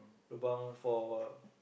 lobang for